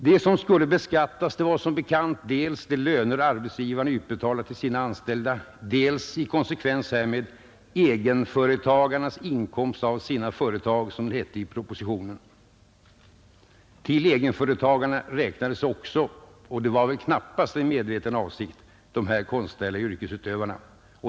Det som skulle beskattas var, som bekant, dels de löner arbetsgivaren utbetalar till sina anställda, dels — i konsekvens härmed — ”egenföretagarnas inkomst av sina företag” som det hette i propositionen. Till ”egenföretagarna” räknades också — och det var väl knappast en medveten avsikt — dessa konstnärliga yrkesutövare.